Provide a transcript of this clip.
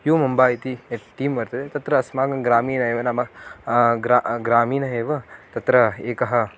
you Mumbai इति यत् टीं वर्तते तत्र अस्माकं ग्रामीणः एव नाम ग्रा ग्रामीणः एव तत्र एकः